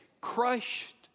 crushed